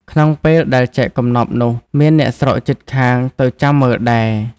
ក្នុងពេលដែលចែកកំណប់នោះ៖ មានអ្នកស្រុកជិតខាងទៅចាំមើលដែរ ។